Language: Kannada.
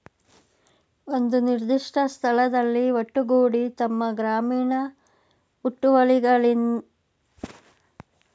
ಒಂದು ನಿರ್ದಿಷ್ಟ ಸ್ಥಳದಲ್ಲಿ ಒಟ್ಟುಗೂಡಿ ತಮ್ಮ ಗ್ರಾಮೀಣ ಹುಟ್ಟುವಳಿಗಳನ್ನು ವಿನಿಮಯ ಮಾಡ್ಕೊಳ್ಳೋ ಆರ್ಥಿಕ ವ್ಯವಸ್ಥೆ ಮಂಡಿ